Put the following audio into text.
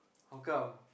how come